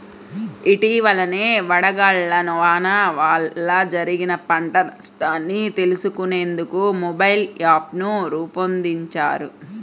ఇటీవలనే వడగళ్ల వాన వల్ల జరిగిన పంట నష్టాన్ని తెలుసుకునేందుకు మొబైల్ యాప్ను రూపొందించారు